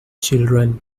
children